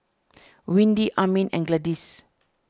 Windy Amin and Gladyce